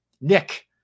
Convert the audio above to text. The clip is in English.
Nick